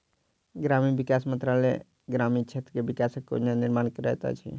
ग्रामीण विकास मंत्रालय ग्रामीण क्षेत्र के विकासक योजना निर्माण करैत अछि